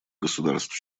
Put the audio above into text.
государств